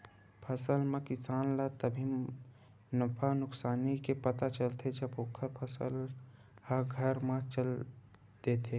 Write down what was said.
फसल म किसान ल तभे नफा नुकसानी के पता चलथे जब ओखर फसल ह घर म चल देथे